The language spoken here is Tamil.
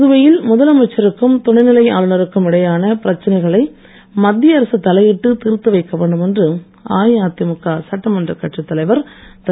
புதுவையில் முதலமைச்சருக்கும் துணைநிலை ஆளுநருக்கும் இடையேயான பிரச்னைகளை மத்திய அரசு தலையிட்ட தீர்த்து வைக்க வேண்டும் என்று அஇஅதிமுக சட்டமன்ற கட்சித் தலைவர் திரு